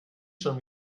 schon